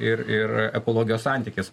ir ir ekologijos santykis